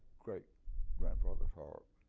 great grandfather harp,